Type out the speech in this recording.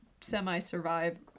semi-survive